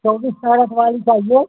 चौबीस कैरेट वाली चाहिए